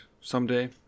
someday